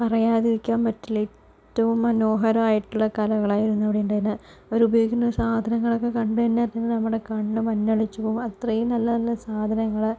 പറയാതിരിക്കാൻ പറ്റില്ല ഏറ്റവും മനോഹരമായിട്ടുള്ള കലകളായിരുന്നു അവിടെ ഉണ്ടായിരുന്നത് അവരുപയോഗിക്കുന്ന സാധനങ്ങളൊക്കെ കണ്ട് എൻ്റെ എല്ലാത്തിലും നമ്മുടെ കണ്ണ് മഞ്ഞളിച്ച് പോവും അത്രയും നല്ല നല്ല സാധനങ്ങൾ